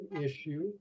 issue